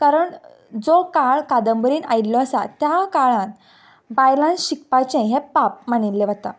कारण जो काळ कादंबरीन आयल्लो आसा त्या काळान बायलान शिकापाचें हें पाप मानिल्लें वता